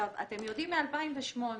אתם יודעים מ-2008,